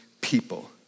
people